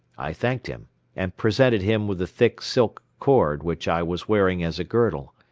i thanked him and presented him with the thick silk cord which i was wearing as a girdle.